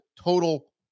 total